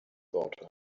daughter